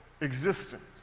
existence